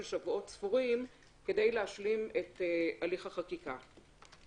שבועות ספורים כדי להשלים את הליך החקיקה.